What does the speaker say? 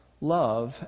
love